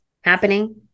happening